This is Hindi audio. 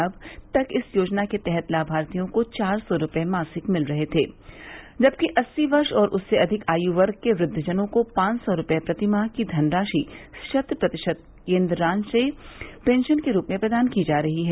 अब तक इस योजना के तहत लाभार्थियों को चार सौ रूपये मासिक मिल रहे थे जबकि अस्सी वर्ष और उससे अधिक आयु वर्ग के वृद्वजनों को पांच सौ रूपये प्रतिमाह की धनराशि शत प्रतिशत केन्द्रांश से पेंशन के रूप में प्रदान की जा रही है